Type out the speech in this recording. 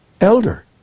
elder